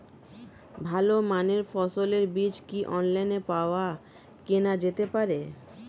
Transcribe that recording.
ভালো মানের ফসলের বীজ কি অনলাইনে পাওয়া কেনা যেতে পারে?